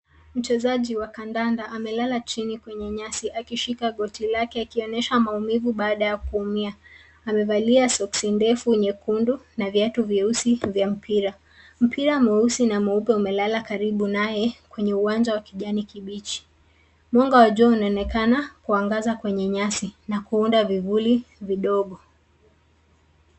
Mchezaji wa kandanda amelala chini kwenye nyasi akishika goti lake, akionyesha maumivu baada ya kuumia. Amevalia soksi ndefu nyekundu na viatu vyeusi vya mpira. Mpira mweusi na mweupe umelala karibu naye kwenye uwanja wa kijani kibichi. Mwanga wa jua unaonekana kuangaza kwenye nyasi na kuunda vivuli vidogo.